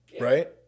right